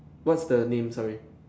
what's the name sorry